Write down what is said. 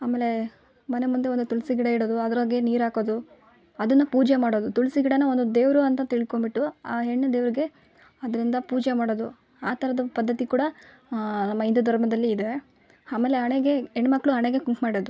ಆಮೇಲೆ ಮನೆ ಮುಂದೆ ಒಂದು ತುಳಸಿ ಗಿಡ ಇಡೋದು ಅದ್ರಗ್ಗೆ ನೀರು ಹಾಕೋದು ಅದನ್ನ ಪೂಜೆ ಮಾಡೋದು ತುಳಸಿ ಗಿಡನ ಒಂದು ದೇವರು ಅಂತ ತಿಳ್ಕೊಂಡ್ಬಿಟ್ಟು ಆ ಹೆಣ್ಣು ದೇವರಿಗೆ ಅದರಿಂದ ಪೂಜೆ ಮಾಡೋದು ಆ ಥರದ ಪದ್ಧತಿ ಕೂಡ ನಮ್ಮ ಹಿಂದೂ ಧರ್ಮದಲ್ಲಿ ಇದೆ ಆಮೇಲೆ ಹಣೆಗೆ ಹೆಣ್ಮಕ್ಕಳು ಹಣೆಗೆ ಕುಂಕುಮ ಇಡೋದು